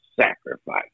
sacrifice